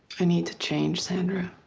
i need to change, sandra.